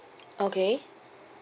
okay